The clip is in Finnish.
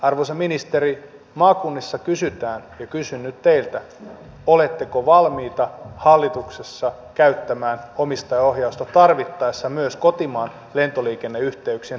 arvoisa ministeri maakunnissa kysytään ja kysyn nyt teiltä oletteko valmiita hallituksessa käyttämään omistajaohjausta tarvittaessa myös kotimaan lentoliikenneyhteyksien turvaamiseksi